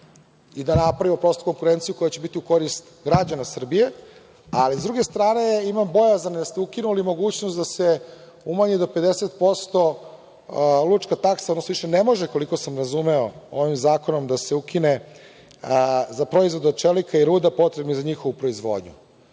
i da napravimo konkurenciju koja će biti u korist građana Srbije.S druge strane imam bojazan da ste ukinuli mogućnost da se umanji do 50% lučka taksa, odnosno više ne može, koliko sam razumeo ovim zakonom da se ukine za proizvode od čelika i ruda potrebnih za njihovu proizvodnju. Ja